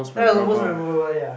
that was the most memorable ya